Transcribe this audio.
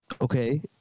Okay